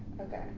Okay